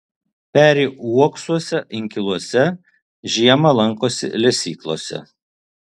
peri uoksuose inkiluose žiemą lankosi lesyklose